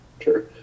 Sure